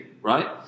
right